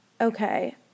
okay